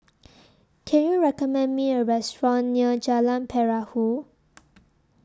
Can YOU recommend Me A Restaurant near Jalan Perahu